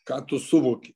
ką tu suvoki